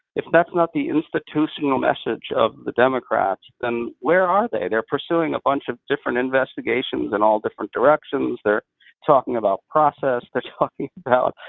if that's not the institutional message of the democrats, then where are they? they're pursuing a bunch of different investigations in all different directions. they're talking about process. they're talking about,